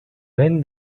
when